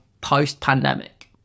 post-pandemic